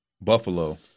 Buffalo